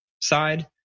side